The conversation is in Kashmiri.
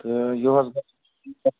تہٕ یُہُس گَژھِ